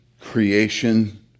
creation